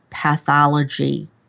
pathology